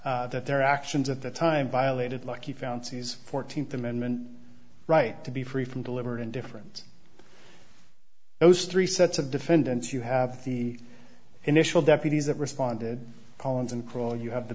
that their actions at the time violated lucky found seize fourteenth amendment right to be free from deliberate indifference to those three sets of defendants you have the initial deputies that responded collins and crawl you have the